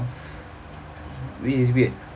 which is weird